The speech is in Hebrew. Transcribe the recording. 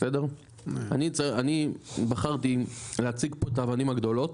אני בחרתי להציג את האבנים הגדולות